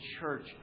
church